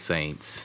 Saints